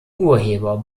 urheber